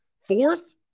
fourth